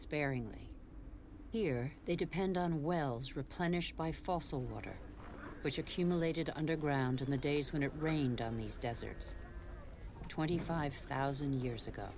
sparingly here they depend on wells replenished by fossil water which accumulated underground in the days when it rained on these deserts twenty five thousand years ago